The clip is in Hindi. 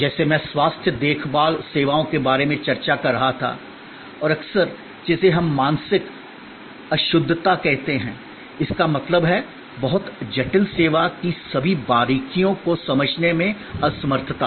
जैसे मैं स्वास्थ्य देखभाल सेवाओं के बारे में चर्चा कर रहा था और अक्सर जिसे हम मानसिक अशुद्धता कहते हैं इसका मतलब है बहुत जटिल सेवा की सभी बारीकियों को समझने में असमर्थता